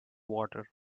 water